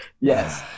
yes